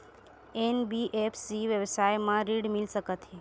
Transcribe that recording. NBFC व्यवसाय मा ऋण मिल सकत हे